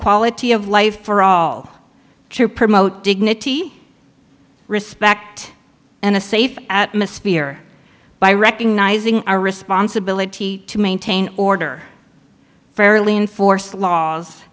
quality of life for all to promote dignity respect and a safe atmosphere by recognizing our responsibility to maintain order fairly and force